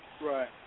Right